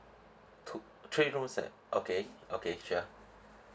two three rooms set okay okay sure